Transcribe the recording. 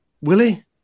Willie